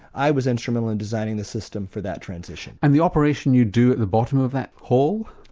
i was instrumental in designing the system for that transition. and the operation you do at the bottom of that pole?